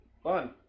fun